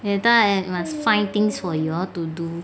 later I must find things for you all to do